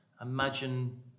Imagine